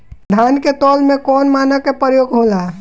धान के तौल में कवन मानक के प्रयोग हो ला?